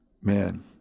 man